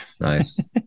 Nice